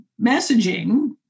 messaging